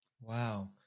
Wow